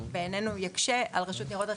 בעינינו זה מאוד יקשה על רשות ניירות ערך